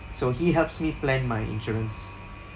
so he helps me plan my insurance